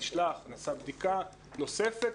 נשלח ועשה בדיקה נוספת,